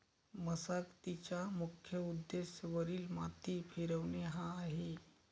मशागतीचा मुख्य उद्देश वरील माती फिरवणे हा आहे